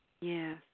Yes